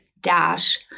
dash